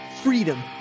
freedom